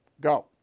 Go